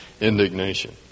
indignation